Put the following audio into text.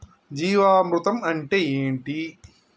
జీవామృతం అంటే ఏంటి?